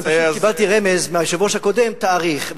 אני פשוט קיבלתי רמז מהיושב-ראש הקודם: תאריך,